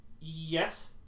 Yes